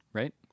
right